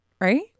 right